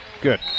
Good